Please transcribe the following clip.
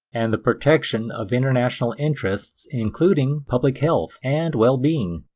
and the protection of international interests including public health, and wellbeing.